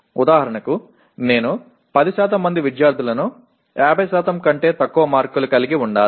ఉదాహరణకు నేను 10 మంది విద్యార్థులను 50 కంటే తక్కువ మార్కులు కలిగి ఉండాలి